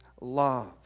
love